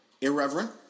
irreverent